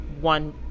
one